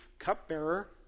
cupbearer